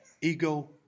ego